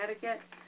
Connecticut